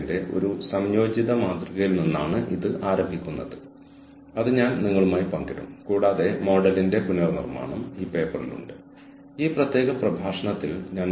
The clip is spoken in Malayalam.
തന്ത്രപരമായ മാനേജ്മെന്റിൽ നമ്മൾ ശ്രദ്ധ കേന്ദ്രീകരിക്കുന്നതിന്റെ കാരണം എന്താണ് അല്ലെങ്കിൽ തന്ത്രപരമായി ആസൂത്രണം ചെയ്യാൻ നമുക്ക് മനുഷ്യവിഭവശേഷിയും ആവശ്യമായി വരുന്നത് എന്തുകൊണ്ടാണ്